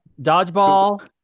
dodgeball